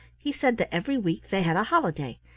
he said that every week they had a holiday,